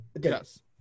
yes